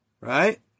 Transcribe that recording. Right